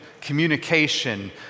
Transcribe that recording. communication